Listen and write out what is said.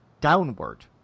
downward